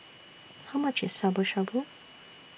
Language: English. How much IS Shabu Shabu